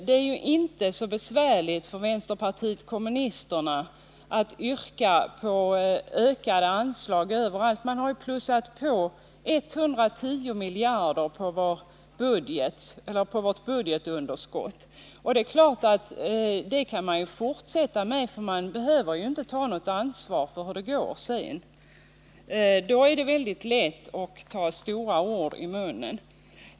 Det är inte så svårt för vänsterpartiet kommunisterna att yrka på ökade anslag överallt. Man har plussat på 110 miljarder på vårt budgetunderskott. och det är klart att man kan fortsätta med det eftersom man inte behöver ta något ansvar för hur det går sedan. Då är det alltså mycket lätt att ta stora ord i munnen.